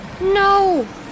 No